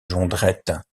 jondrette